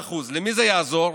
ל-5% למי זה יעזור?